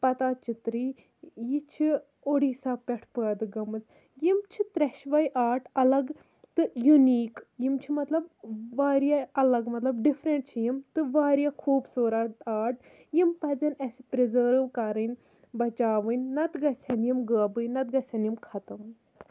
پَتا چِتری یہِ چھِ اُڈیٖسا پٮ۪ٹھ پٲدٕ گٔمٕژ یِم چھِ تریشوے آرٹ اَلگ تہٕ یُنیٖک یِم چھِ مطلب واریاہ اَلگ مطلب ڈِفرَنٹ چھِ یِم تہٕ واریاہ خوٗبصوٗرت آرٹ یِم پَزَن اَسہِ پرزٲرٕو کَرٕنۍ بَچاوٕنۍ نہ تہٕ گژھَن یِم غٲبٕے نہ تہٕ گژھَن یِم خَتمٕے